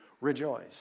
rejoice